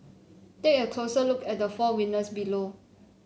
take a closer look at the four winners below